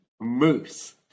Moose